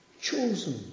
chosen